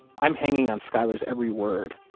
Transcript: i'm hanging on skyler's every word.